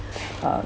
uh